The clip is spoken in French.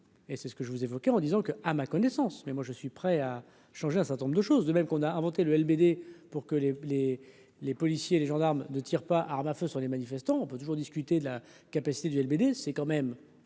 et c'est ce que je vous évoquais en disant que, à ma connaissance, mais moi je suis prêt à changer un certain nombre de choses, de même qu'on a inventé le LBD pour que les, les, les policiers et les gendarmes de tire pas armes à feu sur les manifestants, on peut toujours discuter de la capacité du LBD c'est quand même